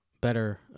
better